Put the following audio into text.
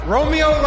Romeo